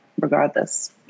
regardless